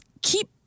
keep